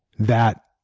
that